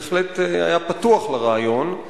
בהחלט היה פתוח לרעיון.